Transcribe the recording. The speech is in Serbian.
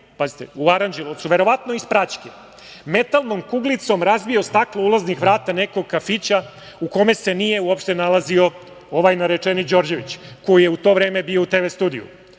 pazite, u Aranđelovcu, verovatno iz praćke, metalnom kuglicom razbio staklo ulaznih vrata nekog kafića u kome se uopšte nije nalazio ovaj narečeni Đorđević, koji je u to vreme bio u TV studiju.